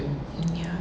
um ya